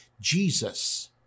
Jesus